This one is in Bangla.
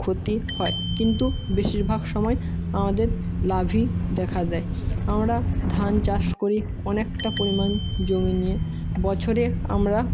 ক্ষতি হয় কিন্তু বেশিরভাগ সময় আমাদের লাভই দেখা দেয় আমরা ধান চাষ করি অনেকটা পরিমাণ জমি নিয়ে বছরে আমরা